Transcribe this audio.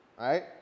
right